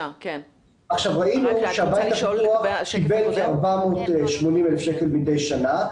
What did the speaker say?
ראינו שהבית הפתוח קיבל כ-480 אלף שקל מדי שנה.